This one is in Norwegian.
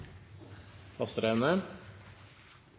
hast.